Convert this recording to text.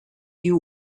you